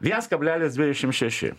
viens kablelis dvidešim šeši